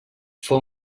fou